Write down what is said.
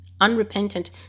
unrepentant